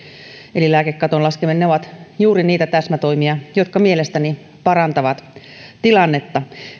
eli lääkekaton laskeminen ne ovat juuri niitä täsmätoimia jotka mielestäni parantavat tilannetta